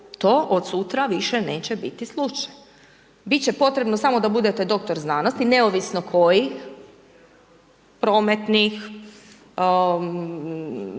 to od sutra više neće biti slučaj. Bit će potrebno samo da budete doktor znanosti, neovisno kojih, prometnih,